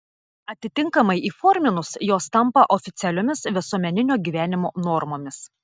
atitinkamai įforminus jos tampa oficialiomis visuomeninio gyvenimo normomis